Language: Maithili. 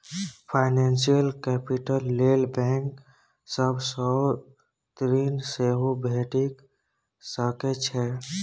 फाइनेंशियल कैपिटल लेल बैंक सब सँ ऋण सेहो भेटि सकै छै